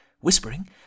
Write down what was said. whispering